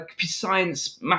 science